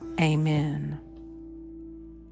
Amen